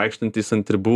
vaikštantys ant ribų